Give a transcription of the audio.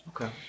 Okay